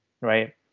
right